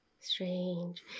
strange